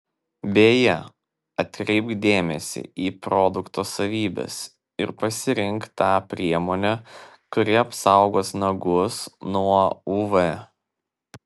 beje atkreipk dėmesį į produkto savybes ir pasirink tą priemonę kuri apsaugos nagus nuo uv